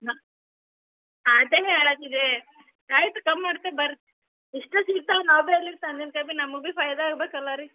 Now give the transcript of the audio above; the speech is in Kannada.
ನಾನು ಅದೇ ಹೇಳತ್ತಿದ್ದೆ ಆಯಿತು ಕಮ್ಮಿ ಮಾಡ್ತೇವೆ ಬರ್ರೀ ಎಷ್ಟೋ ಸಿಗ್ತಾವೆ ನಾವು ಭೀ ನಮಗೆ ಭೀ ಫಾಯ್ದ ಆಗಬೇಕಲ್ಲ ರೀ